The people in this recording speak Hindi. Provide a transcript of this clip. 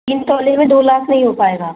तीन तोले में दो लाख नहीं हो पाएगा